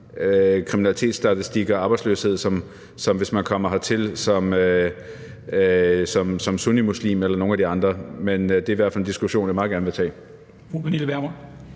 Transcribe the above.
kriminalitetsstatistikker og arbejdsløshedsstatistikker, som sunnimuslimer eller nogle andre gør. Men det er i hvert fald en diskussion, jeg meget gerne vil tage.